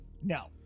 No